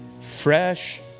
fresh